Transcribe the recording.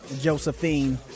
Josephine